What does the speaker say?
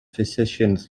physicians